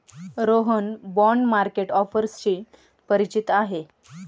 Rohan bond market ऑफर्सशी परिचित आहे